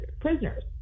prisoners